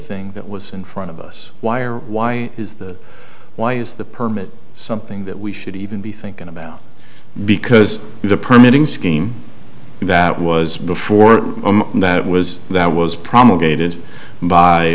thing that was in front of us why or why is that why is the permit something that we should even be thinking about because the permitting scheme that was before that was that was promulgated by